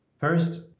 First